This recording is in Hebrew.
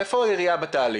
איפה העיריה בתהליך?